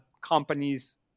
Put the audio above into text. companies